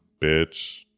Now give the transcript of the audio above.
bitch